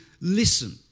listen